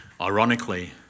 Ironically